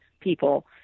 people